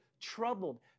troubled